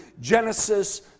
Genesis